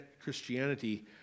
Christianity